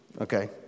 Okay